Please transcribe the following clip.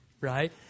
right